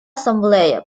ассамблея